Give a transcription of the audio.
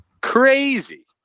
crazy